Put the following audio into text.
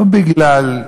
לא בגלל,